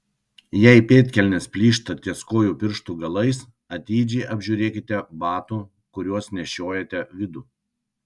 jei pėdkelnės plyšta ties kojų pirštų galais atidžiai apžiūrėkite batų kuriuos nešiojate vidų